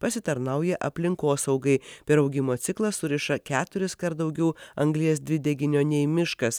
pasitarnauja aplinkosaugai per augimo ciklą suriša keturiskart daugiau anglies dvideginio nei miškas